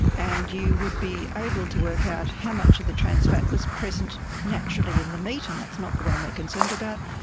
and you would be able to work out how much of the trans fat was present naturally in the meat, and that's not the one we're concerned about,